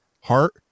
heart